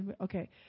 Okay